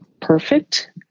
perfect